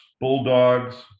bulldogs